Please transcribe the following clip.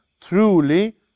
truly